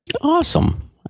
Awesome